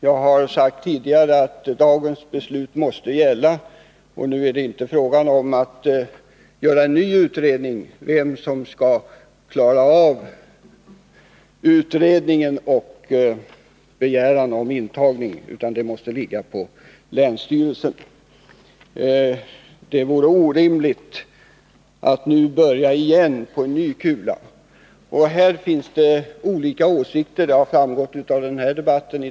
Jag har sagt tidigare att dagens beslut måste gälla. Nu är det inte fråga om att göra en ny utredning om vem som skall klara av undersökningen och begäran om intagning, utan det måste ligga på länsstyrelsen. Det vore orimligt att nu börja igen på ny kula. Det har framgått av den långa debatten i dag att det finns olika åsikter.